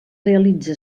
realitza